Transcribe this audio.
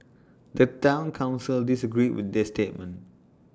the Town Council disagreed with this statement